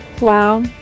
Wow